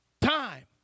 Time